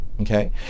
okay